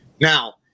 Now